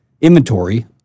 inventory